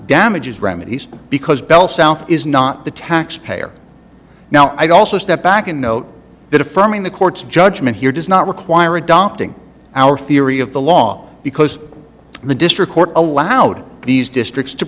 damages remedies because bell south is not the taxpayer now i'd also step back and note that affirming the court's judgment here does not require adopting our theory of the law because the district court allowed these districts to